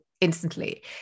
instantly